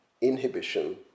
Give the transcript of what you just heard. inhibition